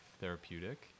therapeutic